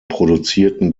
produzierten